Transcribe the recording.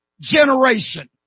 generation